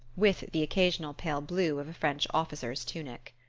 with the occasional pale blue of a french officer's tunic.